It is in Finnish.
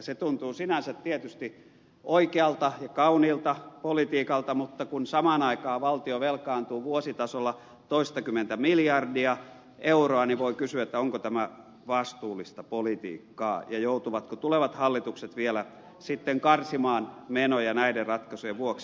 se tuntuu sinänsä tietysti oikealta ja kauniilta politiikalta mutta kun samaan aikaan valtio velkaantuu vuositasolla toistakymmentä miljardia euroa niin voi kysyä onko tämä vastuullista politiikkaa ja joutuvatko tulevat hallitukset vielä sitten karsimaan menoja näiden ratkaisujen vuoksi